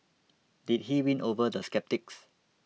did he win over the sceptics